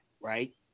right